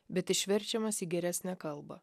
bet išverčiamas į geresnę kalbą